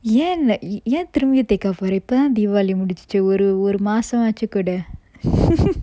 ஏன்:ean lah ஏன் திரும்பி தேய்க்க போற இப்போ தான்:ean thirumbi theikka pora ippo thaan deewali முடிச்சிச்சு ஒரு ஒரு மாசம் ஆச்சு கூட:mudichichu oru oru masam aachu kooda